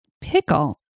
Pickle